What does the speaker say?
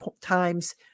times